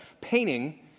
painting